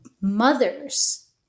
mothers